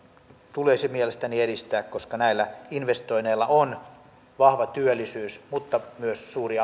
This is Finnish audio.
tulisi mielestäni edistää koska näillä investoinneilla on vahva työllisyys mutta myös suuri